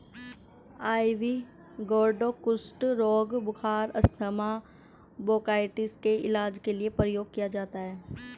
ivy gourd कुष्ठ रोग, बुखार, अस्थमा, ब्रोंकाइटिस के इलाज के लिए प्रयोग किया जाता है